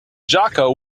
jaka